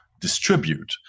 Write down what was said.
distribute